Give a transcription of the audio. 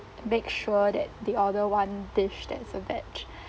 make sure that the other one dish there is a veg